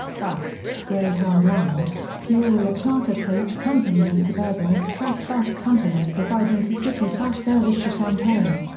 bus greyhound lines, peoria charter coach company and suburban express bus companies provide intercity bus service to champaign.